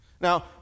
Now